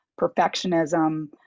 perfectionism